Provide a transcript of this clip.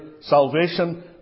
salvation